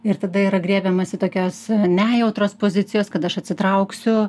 ir tada yra griebiamasi tokios nejautros pozicijos kad aš atsitrauksiu